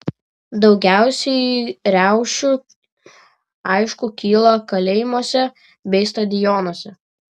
daugiausiai riaušių aišku kyla kalėjimuose bei stadionuose